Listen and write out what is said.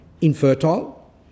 infertile